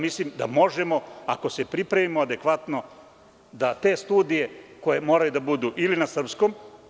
Mislim da možemo, ako se pripremimo adekvatno da te studije koje moraju da budu ili na srpskom.